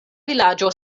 vilaĝo